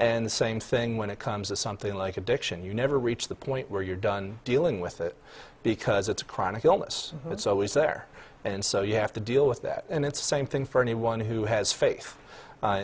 the same thing when it comes to something like addiction you never reach the point where you're done dealing with it because it's a chronic illness it's always there and so you have to deal with that and it's the same thing for anyone who has faith